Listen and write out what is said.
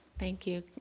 thank you,